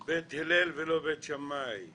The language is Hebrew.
בית הלל ולא בית שמאי.